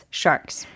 sharks